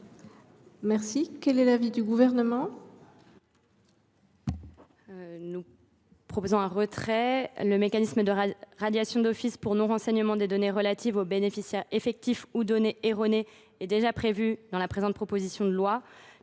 Quel est l’avis du Gouvernement ? C’est une demande de retrait. En effet, un mécanisme de radiation d’office pour non renseignement des données relatives aux bénéficiaires effectifs ou données erronées est déjà prévu dans cette proposition de loi.